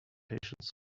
patience